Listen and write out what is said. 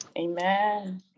Amen